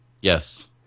Yes